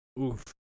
Oof